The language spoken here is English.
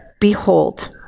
behold